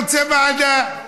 רוצה ועדה,